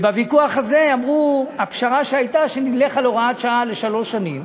ובוויכוח הזה הפשרה הייתה שנלך על הוראת שעה לשלוש שנים